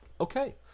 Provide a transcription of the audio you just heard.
Okay